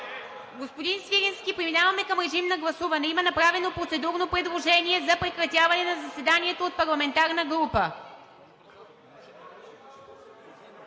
Господин Свиленски, преминаваме към режим на гласуване. Има направено процедурно предложение за прекратяване на заседанието от парламентарна група.